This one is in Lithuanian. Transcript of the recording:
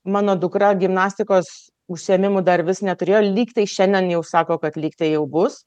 mano dukra gimnastikos užsiėmimų dar vis neturėjo lyg tai šiandien jau sako kad lyg tai jau bus